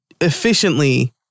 efficiently